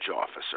Officer